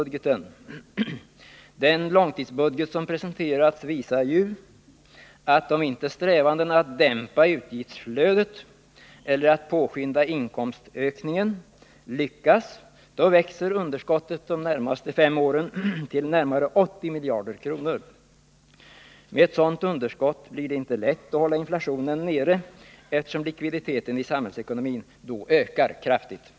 Den långtidsbudget som presenterats visar att om inte strävandena att dämpa utgiftsflödet eller att påskynda inkomstökningarna lyckas, växer underskottet under de närmaste fem åren till bortemot 80 miljarder kronor. Med ett sådant underskott blir det inte lätt att hålla inflationen nere, eftersom likviditeten i samhällsekonomin då kraftigt ökar.